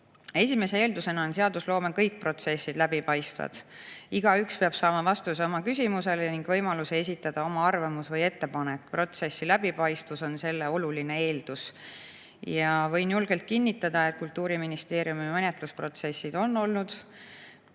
Esimese eeldusena on seadusloome kõik protsessid läbipaistvad. Igaüks peab saama vastuse oma küsimusele ning võimaluse esitada oma arvamus või ettepanek. Protsessi läbipaistvus on selle oluline eeldus. Võin julgelt kinnitada, et Kultuuriministeeriumi menetlusprotsessid on olnud